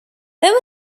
there